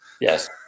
Yes